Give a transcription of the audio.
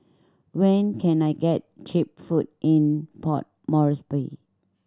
when can I get cheap food in Port Moresby